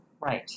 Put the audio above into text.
Right